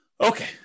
Okay